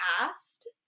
asked